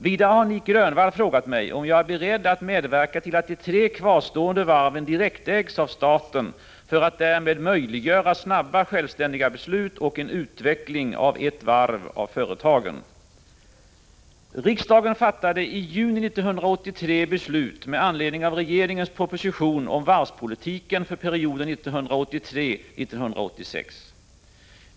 Vidare har Nic Grönvall frågat mig om jag är beredd att medverka till att de tre kvarstående varven direktägs av staten för att därmed möjliggöra snabba självständiga beslut och en utveckling av vart och ett av företagen.